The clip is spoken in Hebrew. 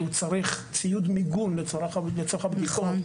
כי הוא צריך ציוד מיגון לצורך הבדיקות.